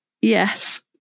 Yes